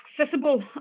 accessible